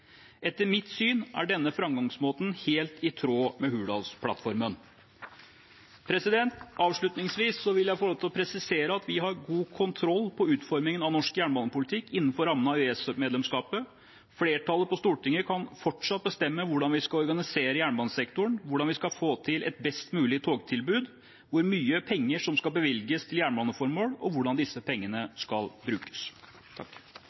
Etter mitt syn er denne framgangsmåten helt i tråd med Hurdalsplattformen. Avslutningsvis vil jeg få lov til å presisere at vi har god kontroll på utformingen av norsk jernbanepolitikk innenfor rammen av EØS-medlemskapet. Flertallet på Stortinget kan fortsatt bestemme hvordan vi skal organisere jernbanesektoren, hvordan vi skal få til et best mulig togtilbud, hvor mye penger som skal bevilges til jernbaneformål, og hvordan disse